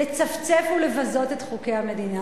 לצפצף ולבזות את חוקי המדינה.